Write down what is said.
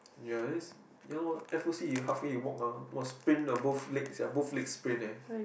ya is ya lor F_O_C he halfway he walk ah sprain the both leg sia both leg sprain eh